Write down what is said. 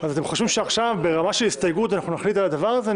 אז אתם חושבים שעכשיו ברמה של הסתייגות אנחנו נחליט על הדבר הזה?